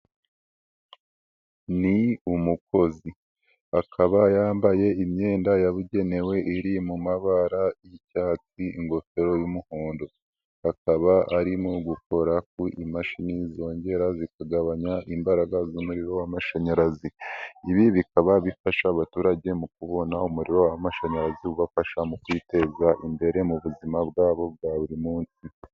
Ni umukozi akaba yambaye imyenda yabugenewe iri mu mabara y'icyatsi, ingofero y'umuhondo, akaba arimo gukora ku imashini zongera zikagabanya imbaraga z'umuriro w'amashanyarazi, ibi bikaba bifasha abaturage mu kubona umuriro w'amashanyarazi ubafasha mu kwiteza imbere mu buzima bwabo bwa buri munsi.